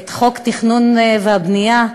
את חוק התכנון והבנייה,